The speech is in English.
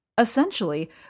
Essentially